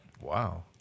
Wow